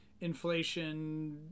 inflation